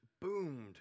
boomed